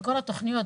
בכל התוכניות,